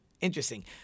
interesting